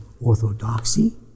orthodoxy